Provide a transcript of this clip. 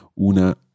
Una